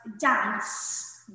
dance